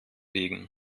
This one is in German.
biegen